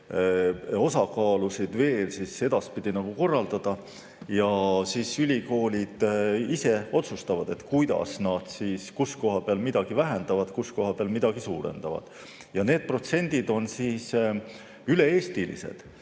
osakaalusid veel edaspidi korraldada. Ja ülikoolid ise otsustavad, kuidas ja kus koha peal nad midagi vähendavad, kus koha peal midagi suurendavad. Need protsendid on üle-eestilised.